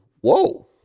whoa